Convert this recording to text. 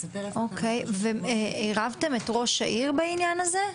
האם ערבתם את ראש העיר בעניין הזה?